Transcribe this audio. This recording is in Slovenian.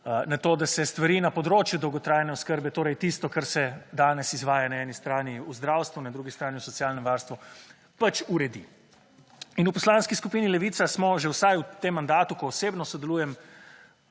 na to, da se stvari na področju dolgotrajne oskrbe, torej tisto kar se danes izvaja na eni strani v zdravstvu na drugi strani v socialnem varstvu, pač uredi. In v Poslanski skupini Levica smo že vsaj v tem mandatu, ko osebno sodelujem,